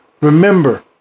Remember